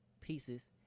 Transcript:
pieces